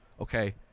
Okay